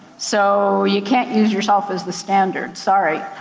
so, you can't use yourself as the standard, sorry.